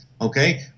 okay